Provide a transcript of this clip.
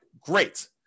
great